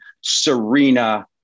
Serena